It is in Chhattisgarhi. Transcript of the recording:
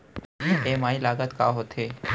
ई.एम.आई लागत का होथे?